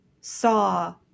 saw